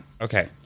Okay